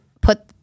put